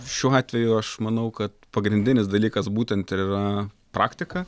šiuo atveju aš manau kad pagrindinis dalykas būtent ir yra praktika